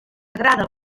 agrada